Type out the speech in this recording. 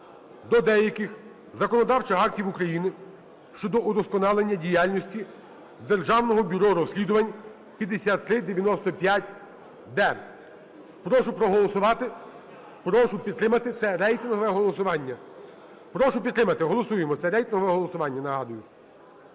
до деяких законодавчих актів України щодо удосконалення діяльності Державного бюро розслідувань (5395-д). Прошу проголосувати, прошу підтримати. Це рейтингове голосування. Прошу підтримати. Голосуємо. Це рейтингове голосування, нагадую.